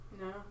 No